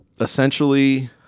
essentially